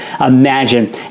Imagine